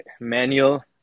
manual